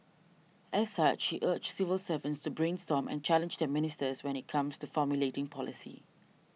as such he urged civil servants brainstorm and challenge their ministers when it comes to formulating policy